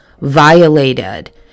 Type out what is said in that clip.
violated